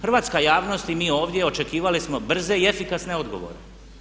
Hrvatska javnost i mi ovdje očekivali smo brze i efikasne odgovore.